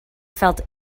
felt